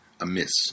amiss